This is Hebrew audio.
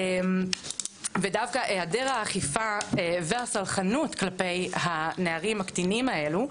ודווקא היעדר האכיפה והסלחנות כלפי הנערים הקטינים האלו,